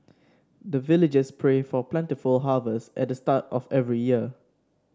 the villagers pray for plentiful harvest at the start of every year